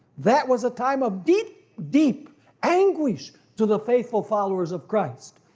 that was a time of deep, deep anguish to the faithful followers of christ.